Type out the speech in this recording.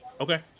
Okay